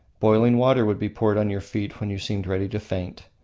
boiling water would be poured on your feet when you seemed ready to faint.